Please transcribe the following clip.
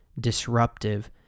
disruptive